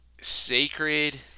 sacred